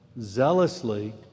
zealously